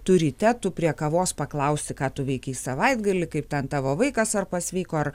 tu ryte tu prie kavos paklausi ką tu veikei savaitgalį kaip ten tavo vaikas ar pasveiko